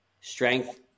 strength